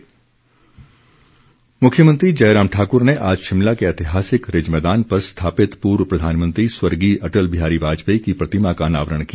प्रतिमा मुख्यमंत्री मुख्यमंत्री जयराम ठाकुर ने आज शिमला के ऐतिहासिक रिज मैदान पर स्थापित पूर्व प्रधानमंत्री वर्गीय अटल बिहारी वाजपेयी की प्रतिमा का अनावरण किया